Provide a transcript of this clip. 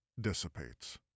dissipates